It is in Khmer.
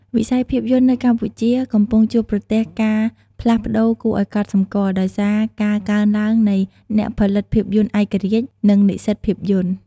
វិស័យភាពយន្តនៅកម្ពុជាកំពុងជួបប្រទះការផ្លាស់ប្តូរគួរឱ្យកត់សម្គាល់ ដោយសារការកើនឡើងនៃ អ្នកផលិតភាពយន្តឯករាជ្យ និងនិស្សិតភាពយន្ត។